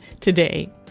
Today